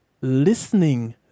listening